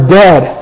dead